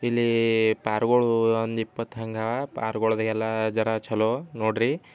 ಇಲ್ಲಿ ಪಾರ್ಗಳು ಒಂದು ಇಪ್ಪತ್ತು ಹಂಗವೆ ಪಾರ್ಗಳ್ದೆಲ್ಲ ಜರಾ ಛಲೋ ನೋಡಿರಿ